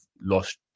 lost